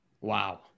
wow